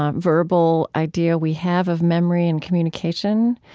um verbal idea we have of memory and communication.